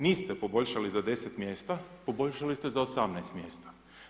Niste ju poboljšali za 10 mjesta, poboljšali ste ju za 18 mjesta.